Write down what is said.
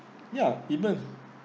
ya people